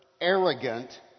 arrogant